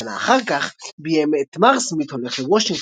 שנה אחר כך ביים את מר סמית הולך לוושינגטון,